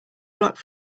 blocked